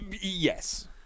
Yes